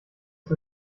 ist